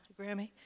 Grammy